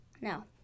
No